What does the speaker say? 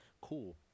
cool